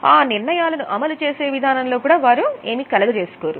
ఆ నిర్ణయాలను అమలు చేసే విధానం లో వారు కలగ చేసుకోరు